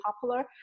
popular